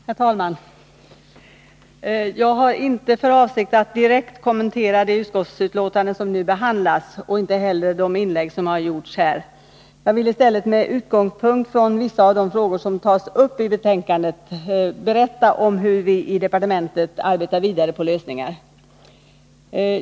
Herr talman! Jag har inte för avsikt att direkt kommentera det utskottsbetänkande som nu behandlas och inte heller de inlägg som har gjorts här. Jag vill i stället med utgångspunkt i vissa av de frågor som tas upp i betänkandet berätta om hur vi i departementet arbetar vidare på lösningar.